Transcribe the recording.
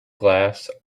glass